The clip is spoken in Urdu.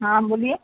ہاں بولیے